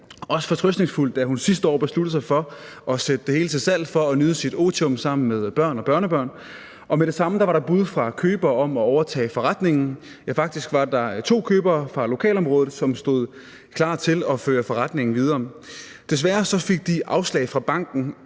også fortrøstningsfuld, da hun sidste år besluttede sig for at sætte det hele til salg for at nyde sit otium sammen med børn og børnebørn. Og med det samme var der bud fra købere om at overtage forretningen. Faktisk var der to købere fra lokalområdet, som stod klar til at føre forretningen videre. Desværre fik de afslag fra banken,